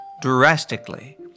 drastically